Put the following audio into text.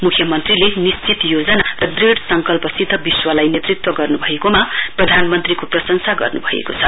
मुख्यमन्त्रीले निश्चित योजना र ढृढ़ संकल्पसिक विश्वलाई नेतृत्व गर्नुभएकोमा प्रधानमन्त्रीको प्रशंसा गर्नुभएको छ